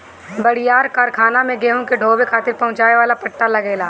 बड़ियार कारखाना में गेहूं के ढोवे खातिर पहुंचावे वाला पट्टा लगेला